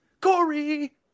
Corey